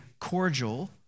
cordial